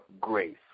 grace